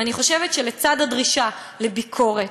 ואני חושבת שלצד הדרישה לביקורת,